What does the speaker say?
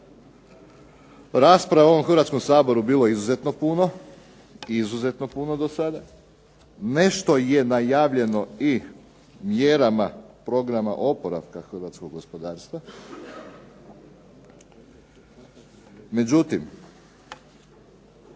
Rasprava u ovom Hrvatskom saboru je bilo izuzetno puno do sada. Nešto je najavljeno i mjerama programa oporavka hrvatskog gospodarstva. Međutim,